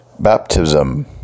Baptism